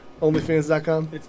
OnlyFans.com